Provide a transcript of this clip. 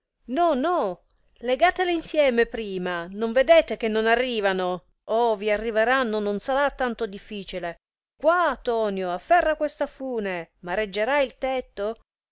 cantone no no legatele insieme prima non vedete che non arrivano oh vi arriveranno non sarà tanto difficile quà tonio afferra questa fune ma reggerà il tetto